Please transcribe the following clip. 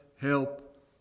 help